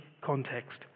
context